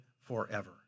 forever